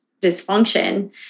dysfunction